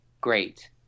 great